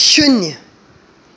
शुन्य